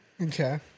okay